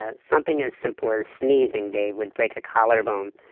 ah something as simple as sneezing day would break a collarbone,